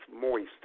moist